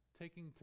Taking